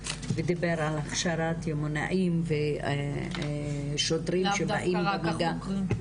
שדיבר על הכשרת יומנאים ושוטרים שבאים במגע.